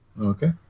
Okay